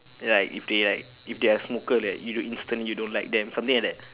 like if they like if they are a smoker like you don't instantly you don't like them something like that